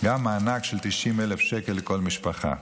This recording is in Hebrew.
גם מענק של 90,000 שקל לכל משפחה.